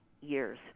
years